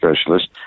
specialist